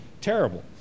terrible